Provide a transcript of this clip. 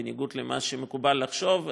בניגוד למה שמקובל לחשוב,